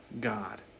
God